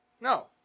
No